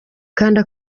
kanda